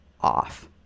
off